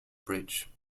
bridge